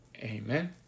Amen